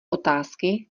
otázky